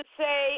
say